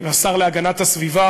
השר להגנת הסביבה